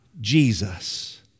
Jesus